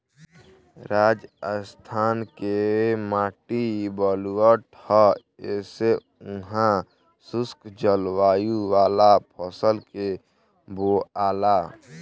राजस्थान के माटी बलुअठ ह ऐसे उहा शुष्क जलवायु वाला फसल के बोआला